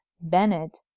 Bennett